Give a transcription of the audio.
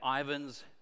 Ivan's